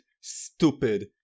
stupid